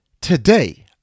Today